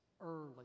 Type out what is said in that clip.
early